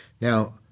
Now